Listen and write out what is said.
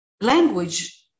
language